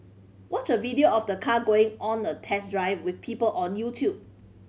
watch a video of the car going on a test drive with people on YouTube